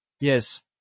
Yes